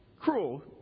Cruel